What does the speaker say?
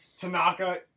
Tanaka